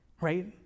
right